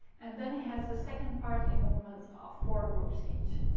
and then he has the second part in movements of four groups each.